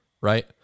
right